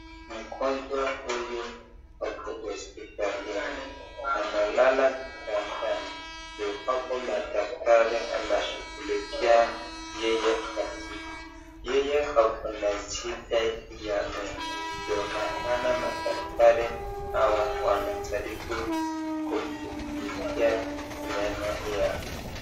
Mgonjwa huyu ako hospitalini, analala kitandani iwapo madaktari anashughulikia yeye atibu, yeye ako na shida ya meno ndo maana madktari hawa wanajaribu kumshughulikia meno hiyo.